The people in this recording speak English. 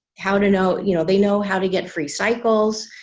how to know you know they know how to get free cycles